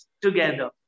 together